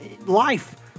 Life